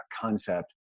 concept